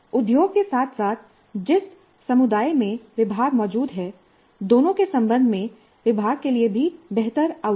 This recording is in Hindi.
उद्योग के साथ साथ जिस समुदाय में विभाग मौजूद है दोनों के संबंध में विभाग के लिए भी बेहतर आउटरीच